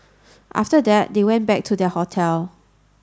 after that they went back to their hotel